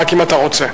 אוקיי, אם אתה רוצה.